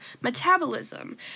metabolism